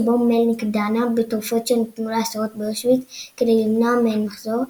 שבו מלניק דנה בתרופות שניתנו לאסירות באושוויץ כדי למנוע מהן מחזור,